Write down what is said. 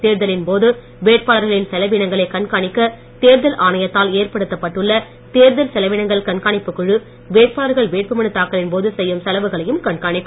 தேர்தலின் போது வேட்பாளர்களின் செலவினங்களை கண்காணிக்க தேர்தல் ஆணையத்தால் ஏற்படுத்தப்பட்டுள்ள தேர்தல் செலவினங்கள் கண்காணிப்புக்குழு வேட்பாளர்கள் வேட்புமனு தாக்கலின்போது செய்யும் செலவுகளையும் கண்காணிக்கும்